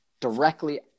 directly